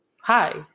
hi